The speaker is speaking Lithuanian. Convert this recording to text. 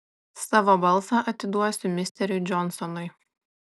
savo balsą atiduosiu misteriui džonsonui